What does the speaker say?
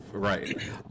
Right